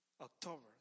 October